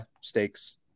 stakes